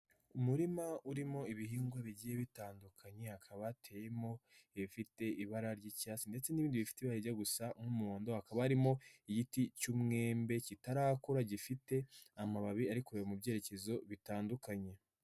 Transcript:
Umurima urimo ibihingwa bigiye bitandukanye hakaba hateyemo ibifite ibara ry'icyatsi ndetse n'ibindi bifite ibara rijya gusa nk'umuhondo hakaba harimo igiti cy'umwembe kitarakura gifite amababi ari kureba mu byerekezo bitandukanye.